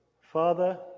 Father